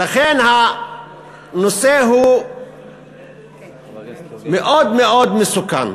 ולכן הנושא הוא מאוד מאוד מסוכן.